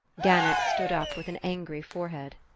gannett stood up with an angry forehead.